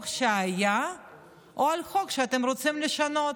על החוק שהיה או על החוק שאתם רוצים לשנות?